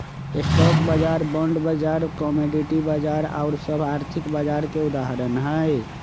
stock बाजार, bond बाजार, commodity बाजार आउर सभ आर्थिक बाजार के उदाहरण हइ